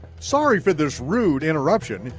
sorry for this rood interruption,